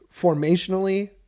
formationally